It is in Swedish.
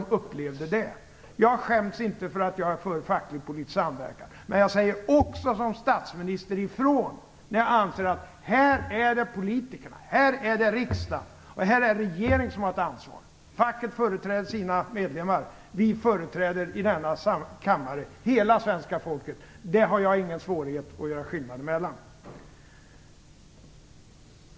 Jag skäms inte för att jag är för facklig och politisk samverkan. Men jag säger som statsminister också ifrån när jag anser att det är politikerna, riksdagen och regeringen som har ett ansvar. Facket företräder sina medlemmar. Vi i denna kammare företräder hela svenska folket. Det har jag ingen svårighet att göra skillnad mellan.